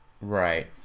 Right